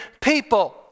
people